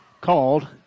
called